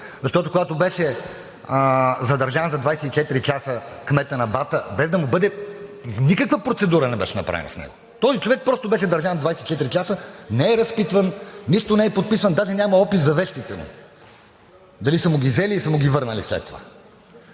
Защото когато беше задържан за 24 часа кметът на Бата, без да бъде направена никаква процедура с него, този човек просто беше държан 24 часа. Не е разпитван, нищо не е подписано, даже няма опис за вещите му – дали са му ги взели и са му ги върнали след това.